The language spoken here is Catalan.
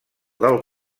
del